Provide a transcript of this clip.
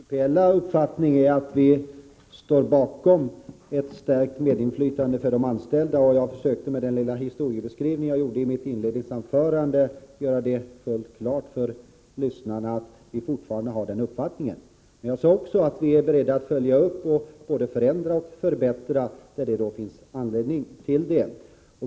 Herr talman! Folkpartiets principiella uppfattning är att vi står bakom ett stärkt medinflytande för de anställda. Jag försökte, med den lilla historieskrivningen i mitt inledningsanförande, göra fullt klart för lyssnarna att vi fortfarande har den uppfattningen. Jag sade också att vi är beredda att följa upp lagen och både förändra och förbättra den då det finns anledning till det.